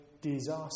disaster